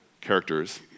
characters